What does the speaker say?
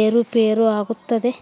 ಏರುಪೇರು ಆಗುತ್ತದೆ?